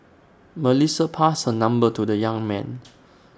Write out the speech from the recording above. Melissa passed her number to the young man